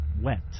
wet